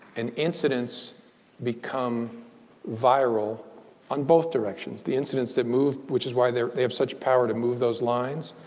an incidence become viral on both directions. the incidents that move, which is why they they have such power to move those lines.